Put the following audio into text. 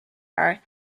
are